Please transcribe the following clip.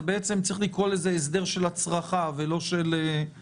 צריך לקרוא לזה "הסדר של הצרחה" ולא "נורבגי".